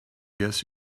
guess